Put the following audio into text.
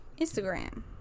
Instagram